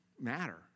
matter